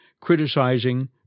criticizing